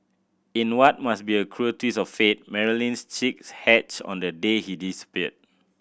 in what must be a cruel twist of fate Marilyn's chicks hatched on the day he disappeared